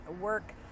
work